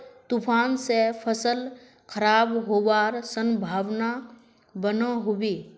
तूफान से फसल खराब होबार संभावना बनो होबे?